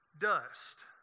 dust